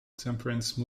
temperance